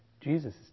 Jesus